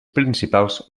principals